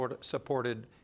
supported